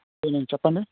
అవునండి చెప్పండి